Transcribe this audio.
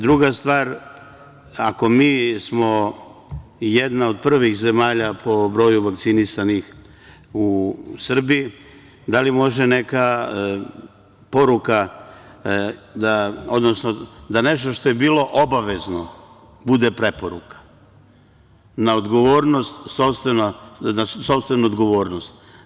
Druga stvar, ako smo mi jedna od prvih zemalja po broju vakcinisanih u Srbiji, da li može neka poruka, odnosno da nešto što je bilo obavezno bude preporuka, na sopstvenu odgovornost?